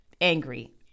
angry